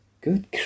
Good